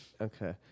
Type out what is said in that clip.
Okay